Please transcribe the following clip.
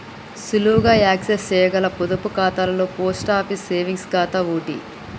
సులువుగా యాక్సెస్ చేయగల పొదుపు ఖాతాలలో పోస్ట్ ఆఫీస్ సేవింగ్స్ ఖాతా ఓటి